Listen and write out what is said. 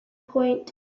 point